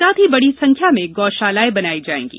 साथ ही बड़ी संख्या में गौ शालाएं बनाई जाएंगी